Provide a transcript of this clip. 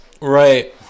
Right